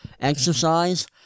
exercise